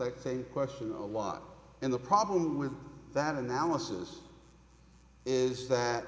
that same question a lot and the problem with that analysis is that